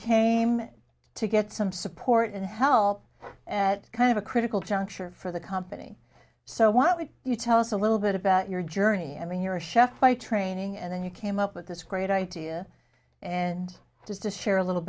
came to get some support and help at kind of a critical juncture for the company so what would you tell us a little bit about your journey i mean you're a chef by training and then you came up with this great idea and just to share a little